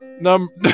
Number